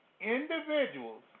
individuals